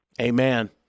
Amen